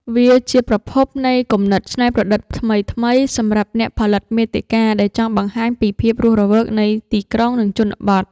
វាជាប្រភពនៃគំនិតច្នៃប្រឌិតថ្មីៗ សម្រាប់អ្នកផលិតមាតិកាដែលចង់បង្ហាញពីភាពរស់រវើកនៃទីក្រុង និងជនបទ។